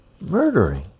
Murdering